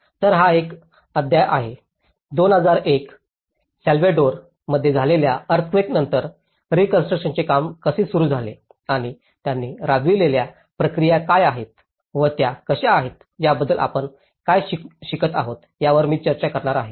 तर हा एक अध्याय आहे 2001 साल्वाडोर मध्ये झालेल्या अर्थक्वेकनंतर रीकॉन्स्ट्रुकशनचे काम कसे सुरू झाले आणि त्यांनी राबविलेल्या प्रक्रिया काय आहेत व त्या कशा आहेत याबद्दल आपण काय शिकत आहोत यावर मी चर्चा करणार आहे